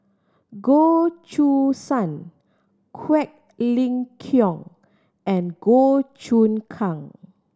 Goh Choo San Quek Ling Kiong and Goh Choon Kang